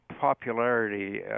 popularity